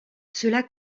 cela